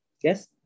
yes